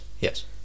Yes